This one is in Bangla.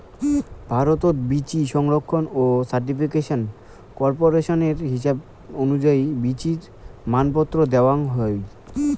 ভারতত বীচি সংরক্ষণ ও সার্টিফিকেশন কর্পোরেশনের হিসাব অনুযায়ী বীচির মানপত্র দ্যাওয়াং হই